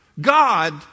God